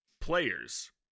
players